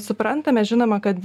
suprantame žinoma kad